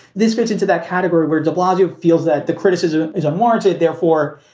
this fits into that category where de blasio feels that the criticism is unwarranted. therefore,